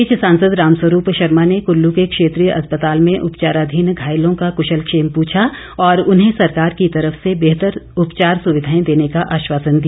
इस बीच सांसद रामस्वरूप शर्मा ने कृल्लू के क्षेत्रीय अस्पताल में उपचाराधीन घायलों का कृशलक्षेम पूछा और उन्हें सरकार की तरफ से बेहतर उपचार सुविधाएं देने का आश्वासन दिया